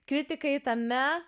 kritikai tame